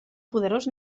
poderós